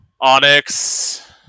Onyx